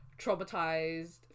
traumatized